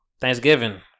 Thanksgiving